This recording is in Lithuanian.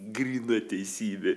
gryna teisybė